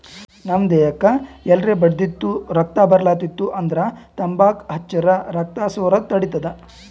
ನಮ್ ದೇಹಕ್ಕ್ ಎಲ್ರೆ ಬಡ್ದಿತ್ತು ರಕ್ತಾ ಬರ್ಲಾತಿತ್ತು ಅಂದ್ರ ತಂಬಾಕ್ ಹಚ್ಚರ್ ರಕ್ತಾ ಸೋರದ್ ತಡಿತದ್